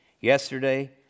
yesterday